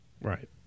Right